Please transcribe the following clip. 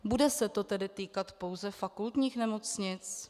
Bude se to tedy týkat pouze fakultních nemocnic?